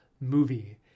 movie